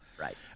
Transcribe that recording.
Right